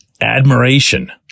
admiration